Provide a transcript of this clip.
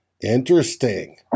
Interesting